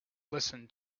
listen